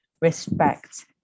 respect